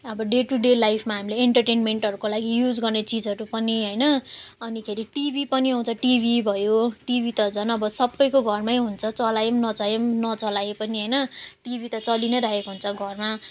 अब day to day लाइफमा हामीले इन्टरटेन्मेन्टहरूको लागि युज गर्ने चिजहरू पनि होइन अनिखेरि टिभी पनि आउँछ टिभी भयो टिभी त झन् अब सबको घरमा हुन्छ चलाए पनि नचाहिए पनि नचलाए पनि होइन टिभी त चली नै रहेको हुन्छ घरमा